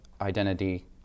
identity